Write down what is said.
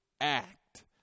act